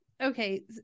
okay